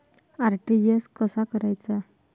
RTGS कसा करायचा?